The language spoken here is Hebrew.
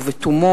ובתומו,